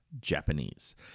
Japanese